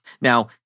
Now